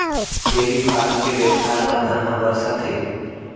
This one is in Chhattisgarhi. डेयरी फारम के बेवसाय म धन ह बरसत हे